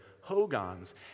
hogans